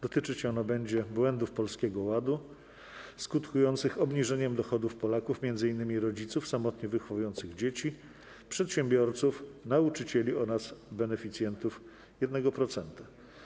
Dotyczyć ono będzie błędów Polskiego Ładu skutkujących obniżeniem dochodów Polaków, m.in. rodziców samotnie wychowujących dzieci, przedsiębiorców, nauczycieli oraz beneficjentów 1%.